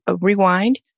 rewind